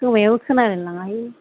खोमायाबो खोनालाय लाङाहाय